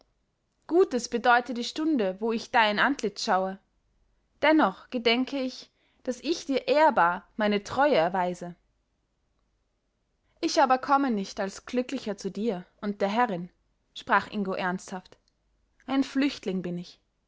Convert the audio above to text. gutes bedeute die stunde wo ich dein antlitz schaue dennoch gedenke ich daß ich dir ehrbar meine treue erweise ich aber komme nicht als glücklicher zu dir und der herrin sprach ingo ernsthaft ein flüchtling bin ich